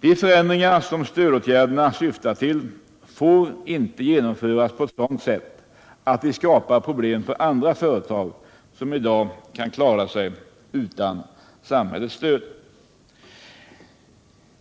De förändringar som stödåtgärderna syftar till får inte genomföras på ett sådant sätt att de skapar problem i andra företag som i dag kan klara sig utan samhällets stöd.